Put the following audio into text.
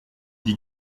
dit